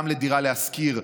גם לדירה להשכיר,